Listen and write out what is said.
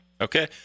Okay